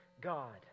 God